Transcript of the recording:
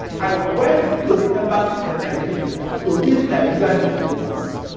i went to the embassy of nigeria to read nigerian newspapers.